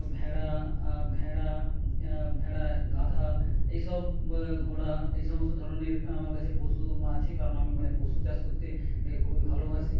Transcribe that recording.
ভেড়া ভেড়া ভেড়া গাধা এই সব ঘোড়া এই সমস্ত ধরনের আমার কাছে পশু আছে কারণ আমি মানে পশু চাষ করতে খুবই ভালোবাসি